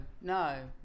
no